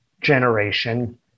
generation